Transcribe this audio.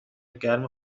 گرم